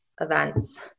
events